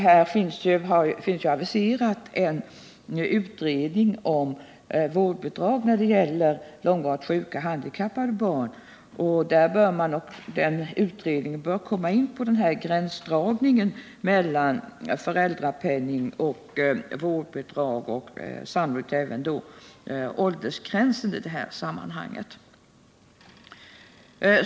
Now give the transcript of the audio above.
När det gäller långvarigt sjuka och handikappade barn har en utredning om vårdbidrag aviserats. Den utredningen bör komma in på gränsdragningen mellan föräldrapenning och vårdbidrag och sannolikt även åldersgränsen i det sammanhanget.